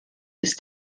ist